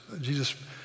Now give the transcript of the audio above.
Jesus